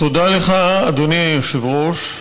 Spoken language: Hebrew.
תודה לך, אדוני היושב-ראש.